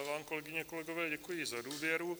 Vám, kolegyně, kolegové, děkuji za důvěru.